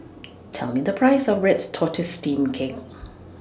Tell Me The Price of rest Tortoise Steamed Cake